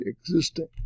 existing